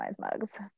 mugs